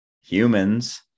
humans